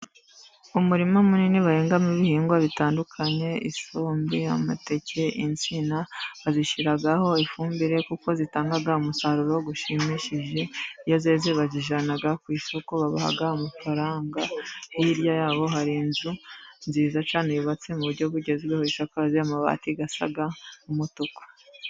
Umurima munini bahingamo ibihingwa bitandukanye: isombe, amateke, insina. Bazishyiraho ifumbire kuko zitanga umusaruro ushimishije. Iyo zeze bazijyana ku isoko babaha amafaranga. Hirya yabo hari inzu nziza cyane yubatse mu buryo bugezweho isakaze amabati asa n'umutuku.